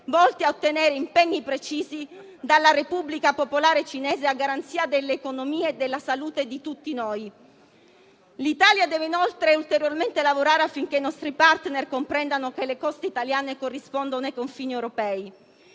volte a ottenere impegni precisi dalla Repubblica popolare cinese, a garanzia dell'economia e della salute di tutti noi. L'Italia, inoltre, deve ulteriormente lavorare affinché i nostri *partner* comprendano che le coste italiane corrispondono ai confini europei.